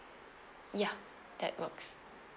ya that works